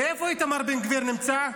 ואיפה איתמר בן גביר נמצא?